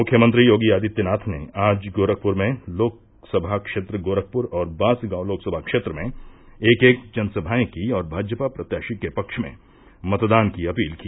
मुख्यमंत्री योगी आदित्यनाथ ने आज गोरखपुर में गोरखपुर लोकसभा क्षेत्र और बांसगांव लोकसभा क्षेत्र में एक एक जनसभायें कीं और भाजपा प्रत्याशी के पक्ष में मतदान की अपील की